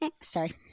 Sorry